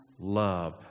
love